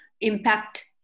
impact